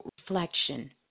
reflection